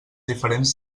diferents